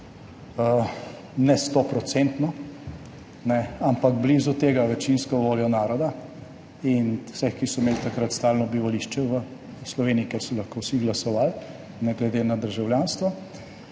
ne 100-odstotno, ampak blizu tega, večinsko voljo naroda in vseh, ki so imeli takrat stalno bivališče v Sloveniji, kjer so lahko vsi glasovali, ne glede na državljanstvo,